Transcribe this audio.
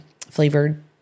flavored